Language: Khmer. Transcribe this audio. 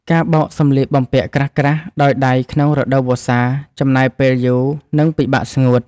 ការបោកសម្លៀកបំពាក់ក្រាស់ៗដោយដៃក្នុងរដូវវស្សា ចំណាយពេលយូរ និងពិបាកស្ងួត។